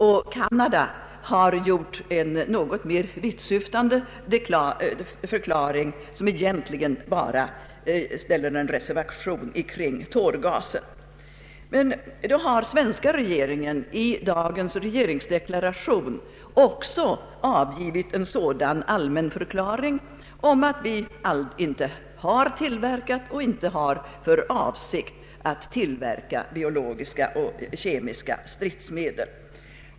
Canada har gjort en något mer vittsyftande förklaring, som egentligen bara innehåller reservation beträffande tårgas. Svenska regeringen har i dagens deklaration avgivit en kategorisk förklaring om att Sverige inte har tillverkat och inte har för avsikt att tillverka biologiska och kemiska stridsmedel.